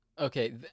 Okay